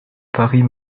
paris